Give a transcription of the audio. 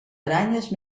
aranyes